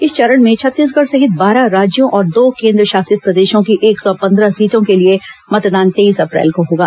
इस चरण में छत्तीसगढ़ सहित बारह राज्यों और दो केन्द्रशासित प्रदेशों की एक सौ पंद्रह सीटों के लिए मतदान तेईस अप्रैल को होगा